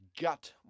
gut